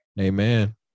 Amen